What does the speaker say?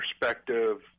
perspective